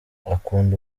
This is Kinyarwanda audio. akunda